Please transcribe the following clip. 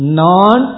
non